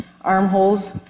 armholes